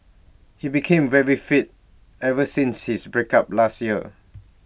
he became very fit ever since his break up last year